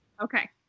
okay